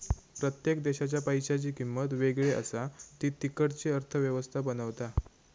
प्रत्येक देशाच्या पैशांची किंमत वेगळी असा ती तिकडची अर्थ व्यवस्था बनवता